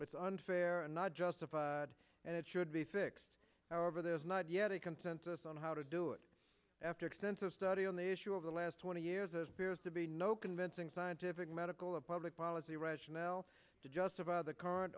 it's unfair and not justified and it should be fixed however there is not yet a consensus on how to do it after extensive study on the issue of the last twenty years appears to be no convincing scientific medical a public policy rationale to justify the c